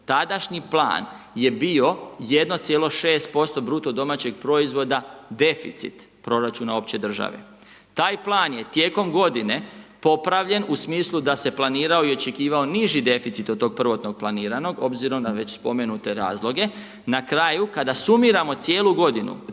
tadašnji plan je bio 1,6% BDP-a deficit proračuna opće države. Taj plan je tijekom godine popravljen u smislu da se planirao i očekivao niži deficit od tog prvotnog planiranog obzirom na već spomenute razloge. Na kraju kada sumiramo cijelu godinu